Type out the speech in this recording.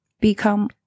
become